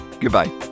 Goodbye